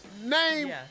name